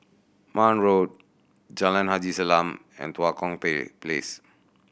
Marne Road Jalan Haji Salam and Tua Kong Place